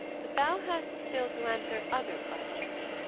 but thou hast still to answer other questions.